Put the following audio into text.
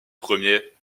premier